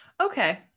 Okay